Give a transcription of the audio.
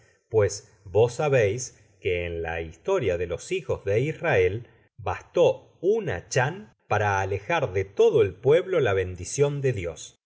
pues vos sabeis que en la historia de los hijos de israel bastó un achán para alejar de todo el pueblo ja bendicion de dios